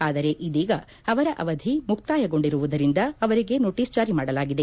ಆದರೆ ಇದೀಗ ಅವರ ಅವಧಿ ಮುಕ್ತಾಯಗೊಂಡಿರುವುದರಿಂದ ಅವರಿಗೆ ನೋಟಿಸ್ ಜಾರಿ ಮಾಡಲಾಗಿದೆ